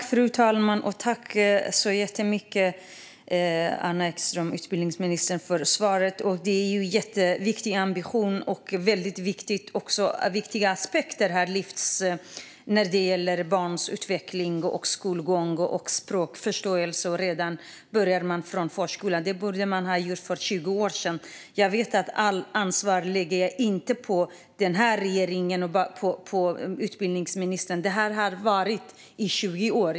Fru talman! Tack så jättemycket, utbildningsminister Anna Ekström, för svaret! Det här är en jätteviktig ambition. Viktiga aspekter lyfts här när det gäller barns utveckling, skolgång och språkförståelse som man börjar med redan i förskolan. Det borde man ha gjort för 20 år sedan. Jag vet att allt ansvar inte ligger på den här regeringen och på utbildningsministern, utan det här har pågått i 20 år.